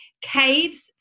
caves